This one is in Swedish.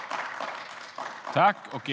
I detta anförande instämde Andreas Carlson .